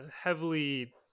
heavily